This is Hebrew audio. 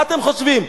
מה אתם חושבים?